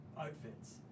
outfits